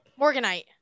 Morganite